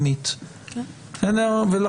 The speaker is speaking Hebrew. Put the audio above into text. ולא את סעיף 2. ולא